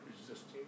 resisting